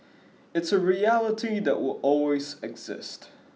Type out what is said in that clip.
it's a reality that will always exist